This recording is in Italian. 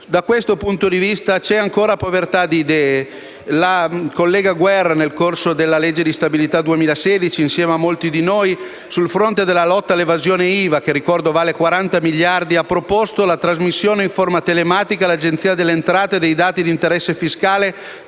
Da questo punto di vista, c'è ancora povertà di idee. La collega Guerra, nel corso dell'esame della legge di stabilità 2016, insieme a molti di noi, sul fronte della lotta all'evasione IVA - e ricordo che vale 40 miliardi - ha proposto la trasmissione in forma telematica all'Agenzia delle entrate dei dati di interesse fiscale